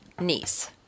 niece